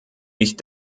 ich